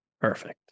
Perfect